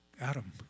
Adam